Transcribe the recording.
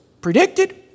predicted